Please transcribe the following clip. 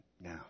now